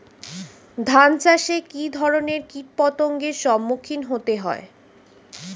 ধান চাষে কী ধরনের কীট পতঙ্গের সম্মুখীন হতে হয়?